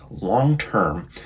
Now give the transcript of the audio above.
long-term